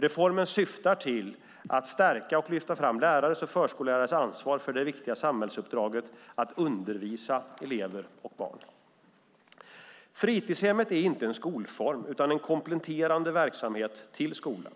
Reformen syftar till att stärka och lyfta fram lärares och förskollärares ansvar för det viktiga samhällsuppdraget att undervisa elever och barn. Fritidshemmet är inte en skolform utan en kompletterande verksamhet till skolan.